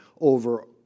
over